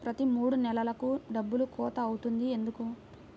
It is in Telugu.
ప్రతి మూడు నెలలకు డబ్బులు కోత అవుతుంది ఎందుకు?